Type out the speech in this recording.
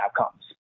outcomes